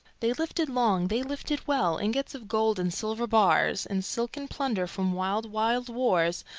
they lifted long, they lifted well, ingots of gold, and silver bars, and silken plunder from wild, wild wars,